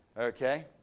Okay